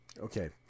Okay